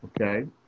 Okay